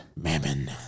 Mammon